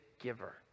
giver